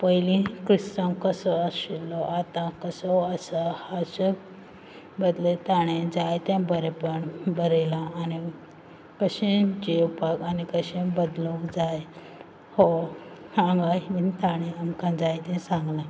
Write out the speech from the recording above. पयलीं क्रिस्तांव कसो आशिल्लो आतां कसो आसा हाजे बदले ताणें जायतें बरेंपण बरयलां आनी कशें जियेवपाक आनी कशें बदलूंक जाय हो बीन ताणें आमकां जायतें सांगलां